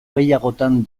gehiagotan